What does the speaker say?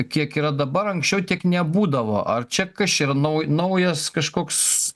kiek yra dabar anksčiau tiek nebūdavo ar čia kas čia yra nau naujas kažkoks